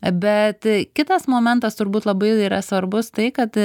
bet kitas momentas turbūt labai yra svarbus tai kad